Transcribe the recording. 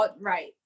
right